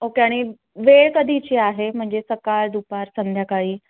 okay आणि वेळ कधीची आहे म्हणजे सकाळ दुपार संध्याकाळी